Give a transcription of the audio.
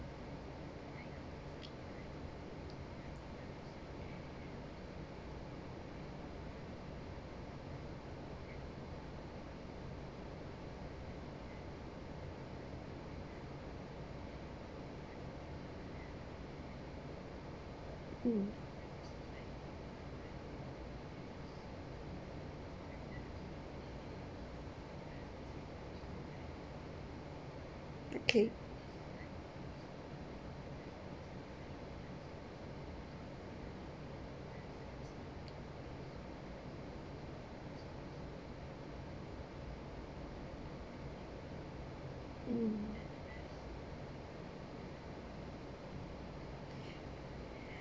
mm okay mm